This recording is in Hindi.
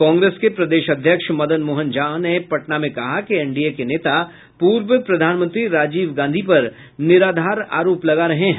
कांग्रेस के प्रदेश अध्यक्ष मदन मोहन झा ने पटना में कहा कि एनडीए के नेता पूर्व प्रधानमंत्री राजीव गांधी पर निराधार आरोप लगा रहे हैं